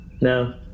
No